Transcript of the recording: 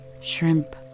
shrimp